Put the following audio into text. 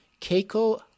Keiko